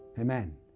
Amen